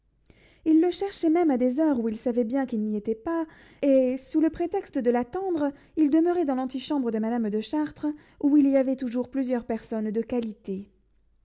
il le cherchait même à des heures où il savait bien qu'il n'y était pas et sous le prétexte de l'attendre il demeurait dans l'antichambre de madame de chartres où il y avait toujours plusieurs personnes de qualité